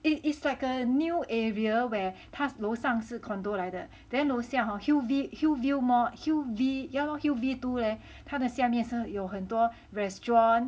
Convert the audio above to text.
it is like a new area where 他楼上是 condo 来的 then 楼下 hor hill v hillview mall hill v ya lor hill v two leh 他的下面是有很多 restaurant